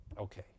Okay